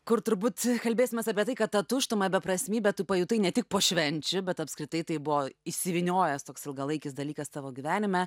kur turbūt kalbėsimės apie tai kad tą tuštumą ir beprasmybę tu pajutai ne tik po švenčių bet apskritai tai buvo išsivyniojęs toks ilgalaikis dalykas tavo gyvenime